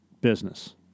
business